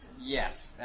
Yes